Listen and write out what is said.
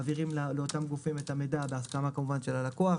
מעבירים לאותם גופים את המידע בהסכמה של הלקוח,